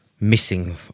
missing